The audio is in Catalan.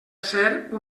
ser